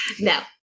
now